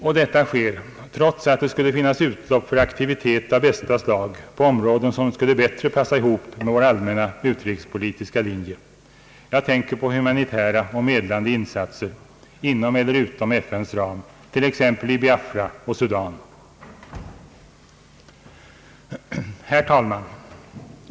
Och detta sker, trots att det skulle finnas utlopp för aktivitet av bästa slag på områden som skulle bättre passa ihop med vår allmänna utrikespolitiska linje. Jag tänker på humanitära och medlande insatser inom eller utom FN:s ram, t.ex. i Biafra och Sudan. Herr talman!